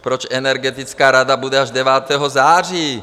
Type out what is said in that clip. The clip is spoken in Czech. Proč Energetická rada bude až 9. září?